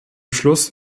schluss